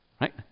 right